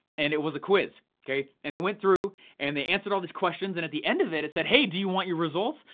and it was a quiz. and it went through and they answered all these questions and at the end of it, it said, hey do you want your results?